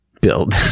build